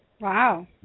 Wow